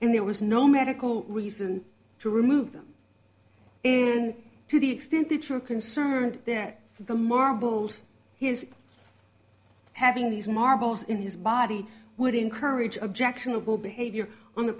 in there was no medical reason to remove them to the extent that you're concerned that the marbled he is having these marbles in his body would encourage objectionable behavior on